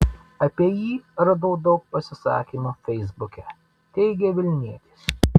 apie jį radau daug pasisakymų feisbuke teigė vilnietis